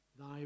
Thy